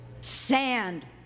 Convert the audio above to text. Sand